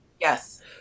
Yes